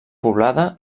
poblada